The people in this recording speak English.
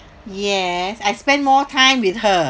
yes I spend more time with her